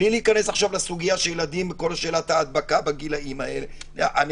בלי להיכנס לכל שאלת ההדבקה של ילדים בגילאים הנמוכים.